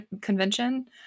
convention